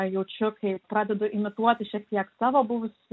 jaučiu kaip pradedu imituoti šiek tiek savo buvusį